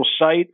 site